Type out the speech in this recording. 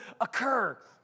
occur